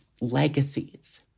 legacies